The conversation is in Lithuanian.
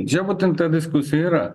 čia vat ta diskusija ir yra